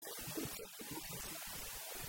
היא מיוצגת באופן סמלי